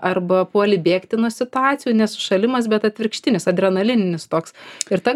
arba puoli bėgti nuo situacijų ne sušalimas bet atvirkštinis adrenalininis toks ir ta